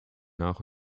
nach